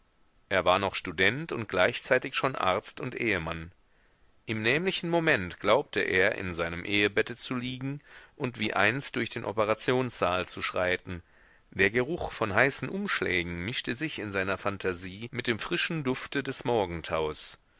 er war noch student und gleichzeitig schon arzt und ehemann im nämlichen moment glaubte er in seinem ehebette zu liegen und wie einst durch den operationssaal zu schreiten der geruch von heißen umschlägen mischte sich in seiner phantasie mit dem frischen dufte des morgentaus